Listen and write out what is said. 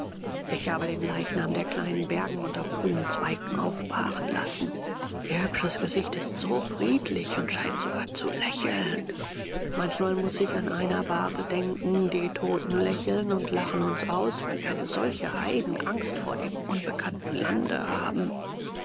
ich habe den leichnam der kleinen bergen und auf grünen zweigen aufbahren lassen ihr hübsches gesicht ist so friedlich und scheint sogar zu lächeln manchmal muß ich an einer bahre denken die toten lächeln und lachen uns aus weil wir eine solche heidenangst vor dem unbekannten lande haben